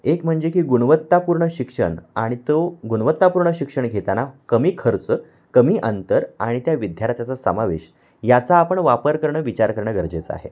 एक म्हणजे की गुणवत्तापूर्ण शिक्षण आणि तो गुणवत्तापूर्ण शिक्षण घेताना कमी खर्च कमी अंतर आणि त्या विद्यार्थ्याचा समावेश याचा आपण वापर करणं विचार करणं गरजेचं आहे